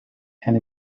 and